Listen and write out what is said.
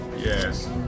Yes